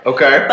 Okay